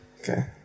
Okay